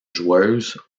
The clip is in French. joueuse